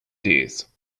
dears